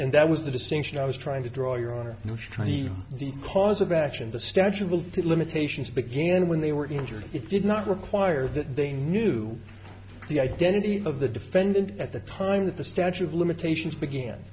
and that was the distinction i was trying to draw your honor the cause of action the statue built to limitations began when they were injured it did not require that they knew the identity of the defendant at the time that the statute of limitations began